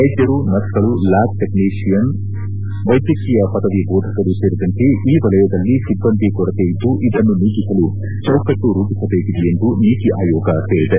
ವೈದ್ಯರು ನರ್ಸ್ಗಳು lab technician ವೈದ್ಯಕೀಯ ಪದವಿ ಬೋಧಕರು ಸೇರಿದಂತೆ ಈ ವಲಯದಲ್ಲಿ ಸಿಬ್ಬಂದಿ ಕೊರತೆಯಿದ್ದು ಇದನ್ನು ನೀಗಿಸಲು ಚೌಕಟ್ಟು ರೂಪಿಸಬೇಕಿದೆ ಎಂದು ನೀತಿ ಆಯೋಗ ಹೇಳಿದೆ